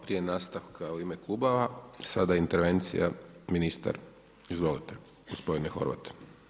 Prije nastavka u ime klubova, sada intervencija, ministar, izvolite, gospodine Horvat.